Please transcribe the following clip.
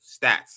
stats